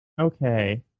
Okay